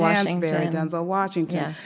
hansbury, denzel washington.